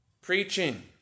preaching